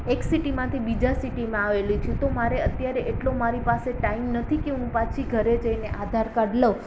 એક સિટીમાંથી બીજા સિટીમાં આવેલી છું તો મારે અત્યારે એટલો મારી પાસે ટાઈમ નથી કે હું પાછી ઘરે જઈને આધાર કાર્ડ લઉં